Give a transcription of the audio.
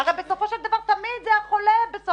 הרי בסופו של דבר תמיד בסוף